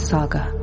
Saga